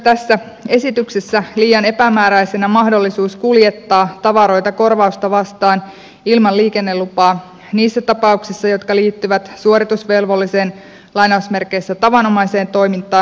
tässä esityksessä myös poistettaisiin liian epämääräisenä mahdollisuus kuljettaa tavaroita korvausta vastaan ilman liikennelupaa niissä tapauksissa jotka liittyvät suoritusvelvollisen tavanomaiseen toimintaan